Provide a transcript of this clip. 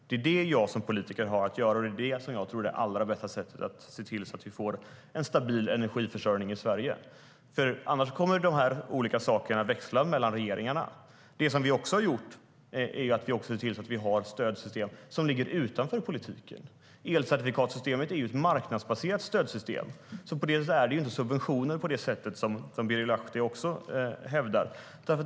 Det är det jag som politiker har att göra, och det är det jag tror är det allra bästa sättet att se till att vi får en stabil energiförsörjning i Sverige. Annars kommer de här olika sakerna att växla mellan regeringarna. Det som vi också har gjort är att se till att vi har stödsystem som ligger utanför politiken. Elcertifikatssystemet är ju ett marknadsbaserat stödsystem. På det sättet är det inte subventioner på det sätt som Birger Lahti hävdar.